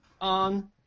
on